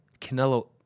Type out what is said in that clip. Canelo